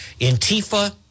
Antifa